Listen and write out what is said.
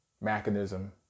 mechanism